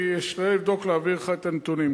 אני אשתדל לבדוק ולהעביר לך את הנתונים.